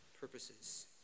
purposes